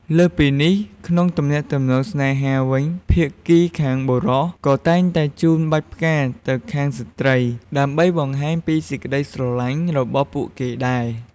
លើសពីនេះ ក្នុងទំនាក់ទំនងស្នេហាវិញ ភាគីខាងបុរសក៏តែងតែជូនបាច់ផ្កាទៅខាងស្ត្រី ដើម្បីបង្ហាញពីសេចក្ដីស្រឡាញ់របស់ពួកគេដែរ។